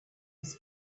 was